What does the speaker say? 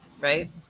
right